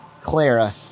Clara